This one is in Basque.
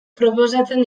proposatzen